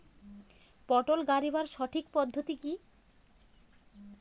পটল গারিবার সঠিক পদ্ধতি কি?